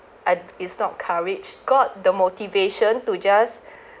a~ is not courage got the motivation to just